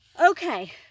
Okay